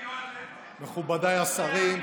מכובדיי השרים,